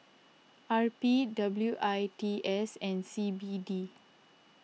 R P W I T S and C B D